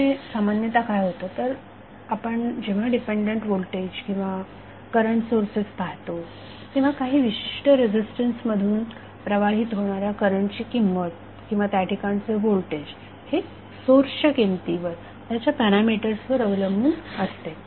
त्यामुळे सामान्यतः काय होते तर आपण जेव्हा डिपेंडंट होल्टेज किंवा करंट सोर्सेस पाहतो तेव्हा काही विशिष्ट रेजिस्टन्स मधून प्रवाहित होणारी करंटची किंमत किंवा त्या ठिकाणचे होल्टेज हे सोर्सच्या किमतीवर त्याच्या पॅरामिटर्सवर अवलंबून असते